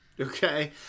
Okay